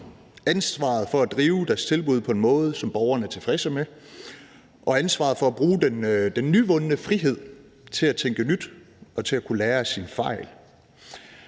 ansvaret for at drive deres tilbud på en måde, som borgerne er tilfredse med, og ansvaret for at bruge den nyvundne frihed til at tænke nyt og til at kunne lære af sine fejl.